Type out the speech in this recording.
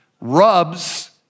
rubs